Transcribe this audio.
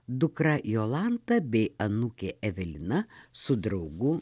dukra jolanta bei anūkė evelina su draugu